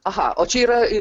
aha o čia yra